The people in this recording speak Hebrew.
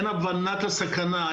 אין הבנת הסכנה.